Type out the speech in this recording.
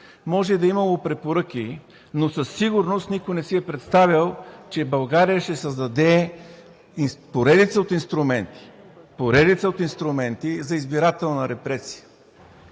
Може и да е имало препоръки, но със сигурност никой не си е представял, че България ще създаде поредица от инструменти, поредица